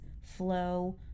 flow